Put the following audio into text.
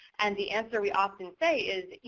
and the answer we often say is,